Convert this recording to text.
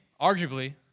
arguably